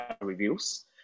reviews